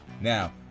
Now